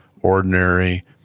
ordinary